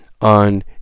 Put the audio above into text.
on